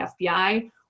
FBI